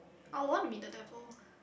I would want to be the devil